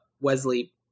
Wesley